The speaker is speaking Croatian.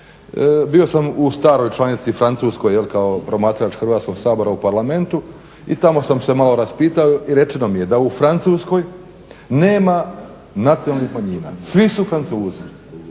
bio sam u staroj članici Francuskoj jel' kao promatrač Hrvatskog sabora u Parlamentu i tamo sam se malo raspitao i rečeno mi je da u Francuskoj nema nacionalnih manjina. Svi su Francuzi.